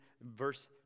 verse